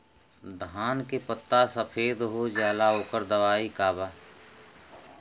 धान के पत्ता सफेद हो जाला ओकर दवाई का बा?